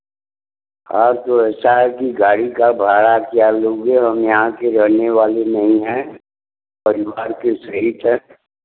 आप जो शहर की गाड़ी का भाड़ा क्या लोगे हम यहाँ के रहने वाले नहीं हैं परिवार के सहित है